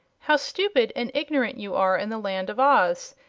how stupid and ignorant you are, in the land of oz,